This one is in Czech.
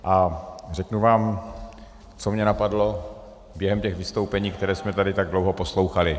A řeknu vám, co mě napadlo během těch vystoupení, která jsme tady tak dlouho poslouchali.